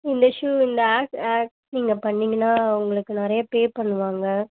இந்த இந்த ஆக்ட் நீங்கள் பண்ணிங்கன்னா உங்களுக்கு நிறையா பே பண்ணுவாங்க